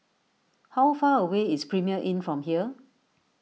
how far away is Premier Inn from here